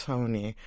Tony